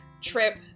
trip